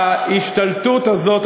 ההשתלטות הזאת,